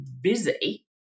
busy